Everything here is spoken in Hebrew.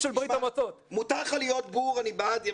מותר לך להיות בור, אני בעד.